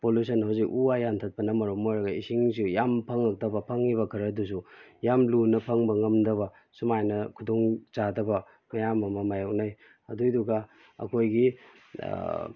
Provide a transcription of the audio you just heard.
pollution ꯍꯧꯖꯤꯛ ꯎ ꯋꯥ ꯌꯥꯟꯊꯠꯄꯅ ꯃꯔꯝ ꯑꯣꯏꯔꯒ ꯏꯁꯤꯡꯁꯤ ꯌꯥꯝ ꯐꯪꯉꯛꯇꯕ ꯐꯪꯉꯤꯕ ꯈꯔꯗꯨꯁꯨ ꯌꯥꯝ ꯂꯨꯅ ꯐꯪꯕ ꯉꯝꯗꯕ ꯁꯨꯃꯥꯏꯅ ꯈꯨꯗꯣꯡꯆꯥꯗꯕ ꯃꯌꯥꯝ ꯑꯃ ꯃꯥꯌꯣꯛꯅꯩ ꯑꯗꯨꯏꯗꯨꯒ ꯑꯩꯈꯣꯏꯒꯤ